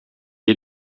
est